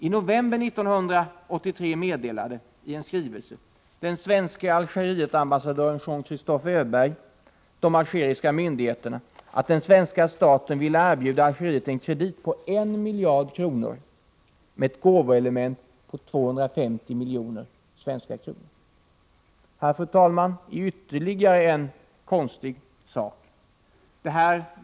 I november 1983 meddelade i en skrivelse den svenske Algerietambassadören Jean-Christophe Öberg de algeriska myndigheterna att den svenska staten ville erbjuda Algeriet en kredit på en miljard kronor med ett gåvoelement på 250 milj.kr. Här, fru talman, är ytterligare en konstig sak.